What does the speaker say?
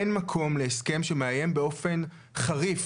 אין מקום להסכם שמאיים באופן חריף